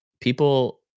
people